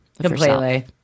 completely